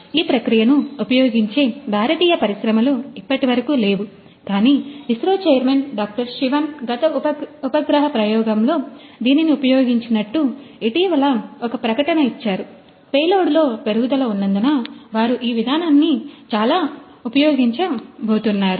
ఈ ప్రక్రియను ఉపయోగించే భారతీయ పరిశ్రమలు ఇప్పటివరకు లేవు కాని ఇస్రో చైర్మన్ డాక్టర్ శివన్ గత ఉపగ్రహ ప్రయోగంలో దీనిని ఉపయోగించినట్టు ఇటీవల ఒక ప్రకటన ఇచ్చారుపేలోడ్లో పెరుగుదల ఉన్నందున వారు ఈ విధానాన్ని చాలావరకు ఉపయోగించబోతున్నారు